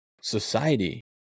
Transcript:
society